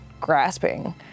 grasping